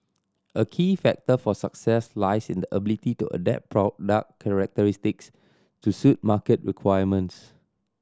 a key factor for success lies in the ability to adapt product characteristics to suit market requirements